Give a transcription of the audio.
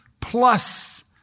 plus